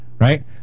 right